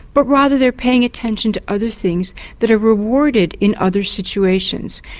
but rather they are paying attention to other things that are rewarded in other situations.